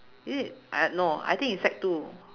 is it I no I think is sec two